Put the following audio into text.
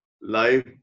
life